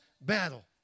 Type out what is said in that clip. battle